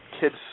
kids